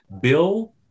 Bill